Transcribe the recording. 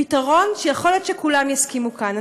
פתרון שיכול להיות שכולם יסכימו כאן.